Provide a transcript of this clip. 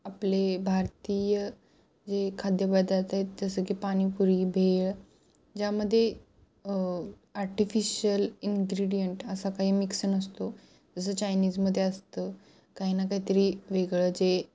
आपले भारतीय जे खाद्यपदार्थ आहे जसं की पाणीपुरी भेळ ज्यामध्ये आर्टिफिशल इनग्रेडियंट असा काही मिक्स नसतो जसं चायनीजमध्ये असतं काही ना काहीतरी वेगळं जे